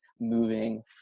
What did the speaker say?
moving